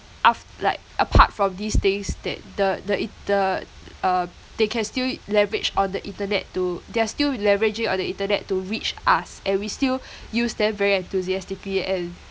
af~ like apart from these things that the the in~ the uh they can still leverage on the internet to they're still leveraging on the internet to reach us and we still use them very enthusiastically and